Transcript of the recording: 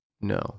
No